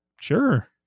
Sure